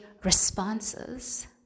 responses